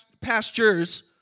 pastures